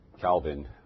Calvin